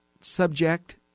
subject